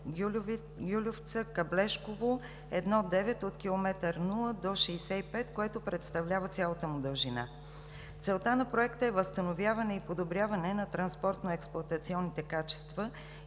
Гюльовца – Каблешково I-9 от км 0 до 65, което представлява цялата му дължина. Целта на Проекта е възстановяване и подобряване на транспортно-експлоатационните качества